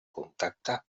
contacte